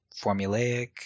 formulaic